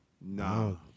No